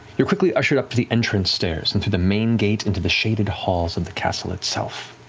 you're quickly ushered up to the entrance stairs, in through the main gate, into the shaded halls of the castle itself.